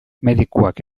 medikuak